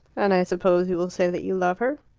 and i suppose you will say that you love her.